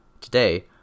Today